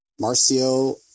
Marcio